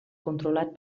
controlat